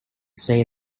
say